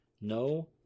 No